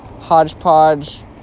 hodgepodge